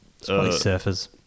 Surfers